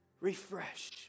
Refresh